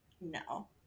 no